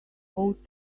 ought